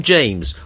James